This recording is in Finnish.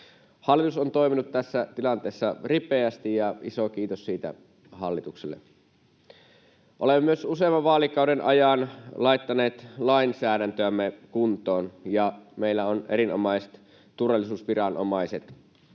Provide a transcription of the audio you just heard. Hallitus on toiminut tässä tilanteessa ripeästi, ja iso kiitos siitä hallitukselle. Olemme myös useamman vaalikauden ajan laittaneet lainsäädäntöämme kuntoon, ja meillä on erinomaiset turvallisuusviranomaiset